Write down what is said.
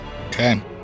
Okay